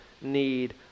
need